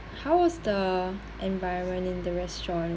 how was the environment in the restaurant